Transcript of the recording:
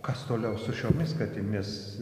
kas toliau su šiomis katėmis